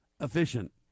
efficient